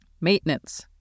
Maintenance